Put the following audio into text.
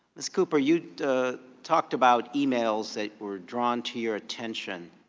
ms. cooper, you talked about emails that were drawn to your attention